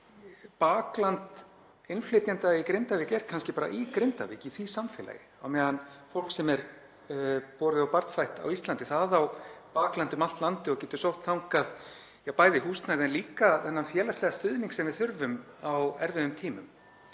minna. Bakland innflytjenda í Grindavík er kannski bara í Grindavík, í því samfélagi, á meðan fólk sem er borið og barnfætt á Íslandi á bakland um allt landið og getur sótt þangað bæði húsnæði en líka þennan félagslegan stuðning sem við þurfum á erfiðum tímum.